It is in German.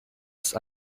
ist